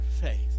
faith